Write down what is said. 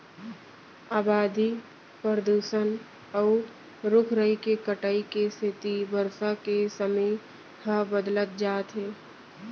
अबादी, परदूसन, अउ रूख राई के कटाई के सेती बरसा के समे ह बदलत जात हे